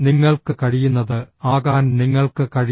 നിങ്ങൾക്ക് കഴിയുന്നത് ആകാൻ നിങ്ങൾക്ക് കഴിയണം